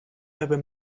ever